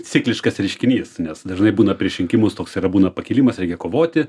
cikliškas reiškinys nes dažnai būna prieš rinkimus toks yra būna pakilimas reikia kovoti